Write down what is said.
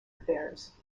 affairs